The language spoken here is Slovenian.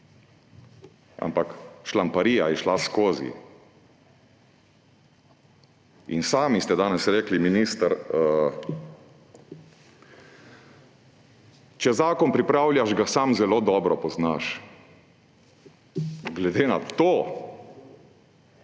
ampak šlamparija je šla skozi. Sami ste danes rekli, minister, da če zakon pripravljaš, ga sam zelo dobro poznaš. Glede na to